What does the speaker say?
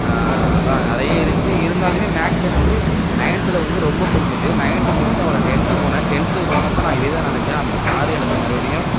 அதான் நிறைய இருந்துச்சு இருந்தாலுமே மேக்ஸ் எனக்கு வந்து நைன்த்தில் வந்து ரொம்ப புரிஞ்சிது நைன்த்து முடிஷ்ட்டு அப்புறோம் டென்த்து போன டென்த்துக்கு போனப்போ நான் இதே தான் நினச்சேன் அந்த சாரு எனக்கு மறுபடியும்